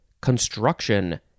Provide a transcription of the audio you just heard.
construction